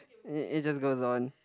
uh it just goes on